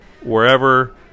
wherever